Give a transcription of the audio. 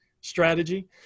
strategy